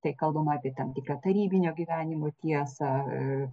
tai kalbama apie tam tikrą tarybinio gyvenimo tiesą